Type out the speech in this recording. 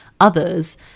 others